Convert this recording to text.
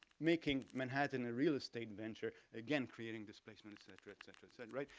making manhattan a real estate adventure, again creating displacement, et cetera, et cetera, et cetera, right.